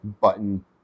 button